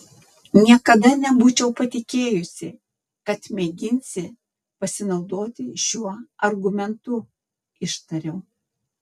niekada nebūčiau patikėjusi kad mėginsi pasinaudoti šiuo argumentu ištariau